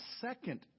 second